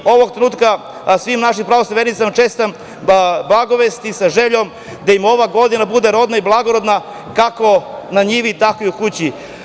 Ovog trenutka svim našim pravoslavnim vernicima čestitam Blagovesti, sa željom da im ova godina bude rodna i blagorodna, kako na njivi, tako i u kući.